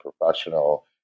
professional